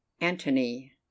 Antony